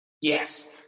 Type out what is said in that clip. Yes